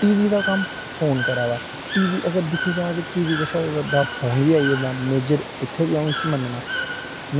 T V दा कम्म phone करा दा टी वी अगर दिक्खे जा ते टी वी कशा बड्डा फोन बी आई गेदा मेजर उ'त्थें बी अ'ऊं इसी मनन्ना